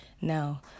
Now